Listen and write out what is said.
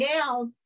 now